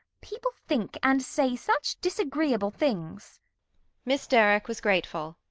people think and say such disagreeable things miss derrick was grateful,